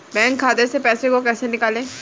Bank खाते से पैसे को कैसे निकालें?